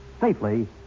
safely